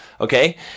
Okay